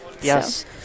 Yes